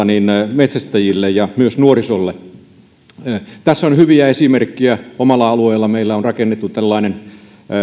metsästäjille ja myös nuorisolle tästä on hyviä esimerkkejä omalla alueellamme meillä on rakennettu tällainen